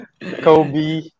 Kobe